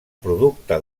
producte